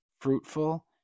fruitful